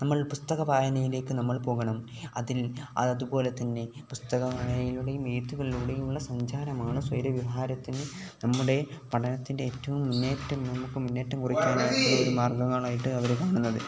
നമ്മൾ പുസ്തക വായനയിലേക്ക് നമ്മൾ പോകണം അതിൽ അതുപോലെ തന്നെ പുസ്തക വായനയിലൂടെയും എഴുത്തുകളിലൂടെയും ഉള്ള സഞ്ചാരമാണ് സ്വയര വിഹാരത്തിന് നമ്മുടെ പഠനത്തിൻ്റെ ഏറ്റവും മുന്നേറ്റം നമുക്ക് മുന്നേറ്റം കുറിക്കാൻ ഒരു മാർഗ്ഗങ്ങളായിട്ട് അവർ കാണുന്നത്